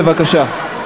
בבקשה.